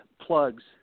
plugs